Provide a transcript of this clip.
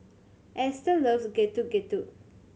Ester loves Getuk Getuk